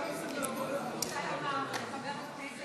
אני רוצה לומר לחבר הכנסת,